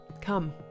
Come